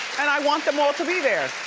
and i want them all to be there.